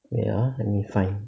wait ah let me find